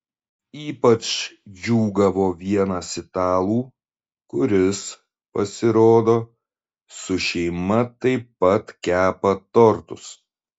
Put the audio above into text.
ypač džiūgavo vienas italų kuris pasirodo su šeima taip pat kepa tortus